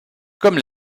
comme